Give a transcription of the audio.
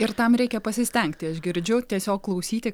ir tam reikia pasistengti aš girdžiu tiesiog klausyti